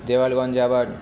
দেওয়ানগঞ্জে আবার